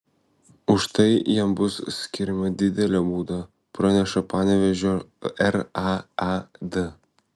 už tai jam bus skiriama didelė bauda praneša panevėžio raad